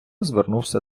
звернувся